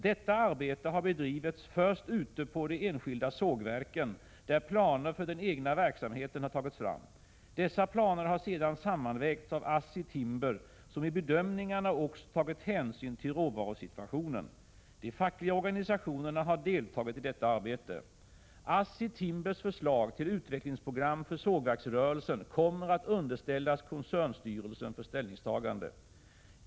Detta arbete har först bedrivits ute på de enskilda sågverken, där planer för den egna verksamheten har tagits fram. Dessa planer har sedan sammanvägts av ASSI Timber, som i bedömningarna också tagit hänsyn till råvarusituationen. De fackliga organisationerna her deltagit i detta arbete. ASSI Timbers förslag till utvecklingsprogram för sågverksrörelsen kommer att underställas koncernstyrelsen för ställningstagande.